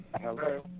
Hello